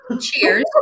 cheers